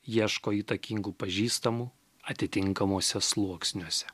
ieško įtakingų pažįstamų atitinkamuose sluoksniuose